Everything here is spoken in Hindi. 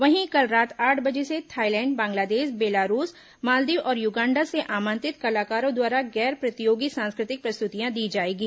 वहीं कल रात आठ बजे से थाईलैंड बांग्लादेश बेलारूस मालदीव और युगांडा से आमंत्रित कलाकारों द्वारा गैर प्रतियोगी सांस्कृतिक प्रस्तुतियां दी जाएंगी